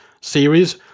series